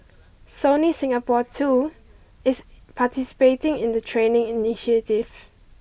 Sony Singapore too is participating in the training initiative